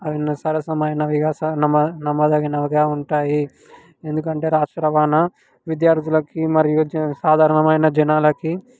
అవి ఎన్నో సరసమైనవిగా స నమ్మ నమ్మదగినవిగా ఉంటాయి ఎందుకంటే రాష్ట్ర రవాణా విద్యార్థులకి మరియు జ సాధారణమైన జనాలకి